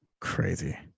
crazy